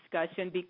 discussion